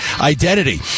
identity